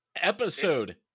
episode